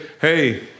hey